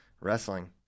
Wrestling